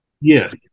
Yes